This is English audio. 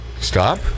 Stop